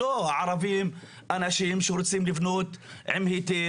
לא הערבים הם אנשים שרוצים לבנות עם היתר